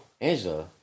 Angela